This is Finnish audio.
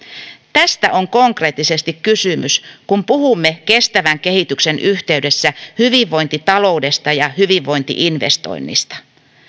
tästä on konkreettisesti kysymys kun puhumme kestävän kehityksen yhteydessä hyvinvointitaloudesta ja hyvinvointi investoinneista